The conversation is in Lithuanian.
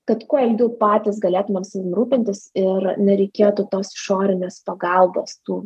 kad kuo ilgiau patys galėtumėm savim rūpintis ir nereikėtų tos išorinės pagalbos tų